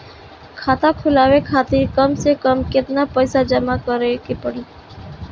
खाता खुलवाये खातिर कम से कम केतना पईसा जमा काराये के पड़ी?